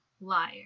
Liar